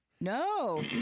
No